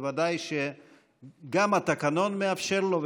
בוודאי שגם התקנון מאפשר לו,